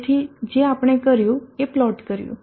તેથી જે આપણે કર્યું એ પ્લોટ કર્યું